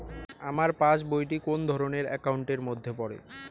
আমার পাশ বই টি কোন ধরণের একাউন্ট এর মধ্যে পড়ে?